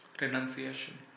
renunciation